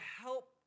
help